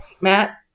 Matt